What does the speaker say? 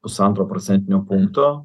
pusantro procentinio punkto